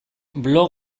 blog